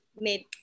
made